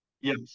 Yes